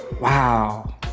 Wow